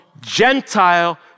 Gentile